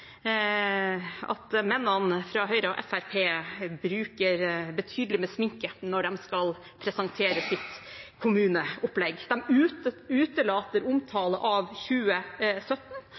mennene fra Høyre og Fremskrittspartiet bruker betydelig med sminke når de skal presentere sitt kommuneopplegg. De utelater omtale av